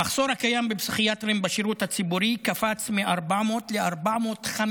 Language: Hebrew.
המחסור הקיים בפסיכיאטרים בשירות הציבורי קפץ מ-400 ל-450